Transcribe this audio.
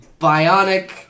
bionic